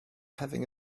having